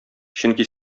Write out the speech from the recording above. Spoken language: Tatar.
чөнки